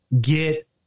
get